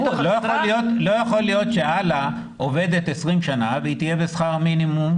לא יכול להיות שאלה עובדת 20 שנים והיא תהיה בשכר מינימום,